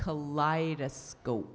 kaleidoscope